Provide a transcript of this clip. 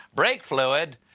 brake fluid?